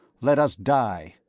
let us die!